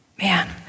Man